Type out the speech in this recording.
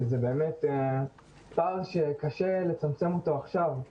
שזה באמת פער שקשה לצמצם אותו עכשיו.